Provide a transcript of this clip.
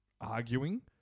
arguing